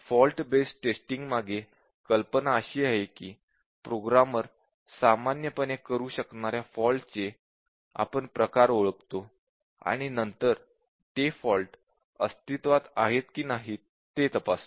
fault based testing मागे कल्पना अशी आहे की प्रोग्रामर सामान्यपणे करू शकणाऱ्या फॉल्टचे आपण प्रकार ओळखतो आणि नंतर ते फॉल्ट अस्तित्वात आहेत की नाही ते तपासतो